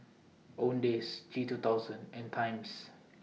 Owndays G two thousand and Times